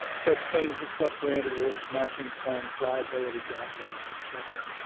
such things as sub-grant awards, matching funds, liabilities, outlays, et cetera.